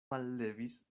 mallevis